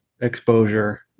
exposure